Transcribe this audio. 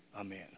amen